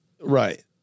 Right